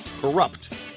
corrupt